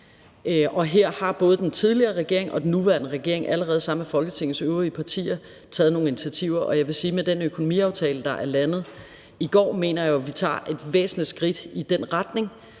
og her har både den tidligere regering og den nuværende regering allerede sammen med Folketingets øvrige partier taget nogle initiativer. Og jeg vil sige, at med den økonomiaftale, der er landet i går, mener jeg, vi tager et væsentligt skridt i den retning,